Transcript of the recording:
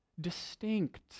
distinct